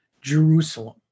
Jerusalem